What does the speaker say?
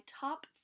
top